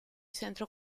centro